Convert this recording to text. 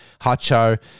Hacho